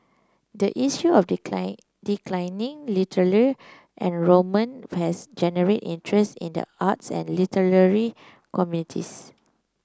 the issue of decline declining literal enrollment has generate interest in the arts and literary communities